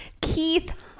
Keith